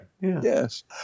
Yes